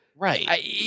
Right